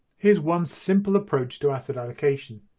here's one simple approach to asset allocation.